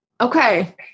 Okay